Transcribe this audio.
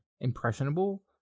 impressionable